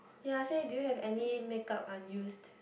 yea say do you have any make up unused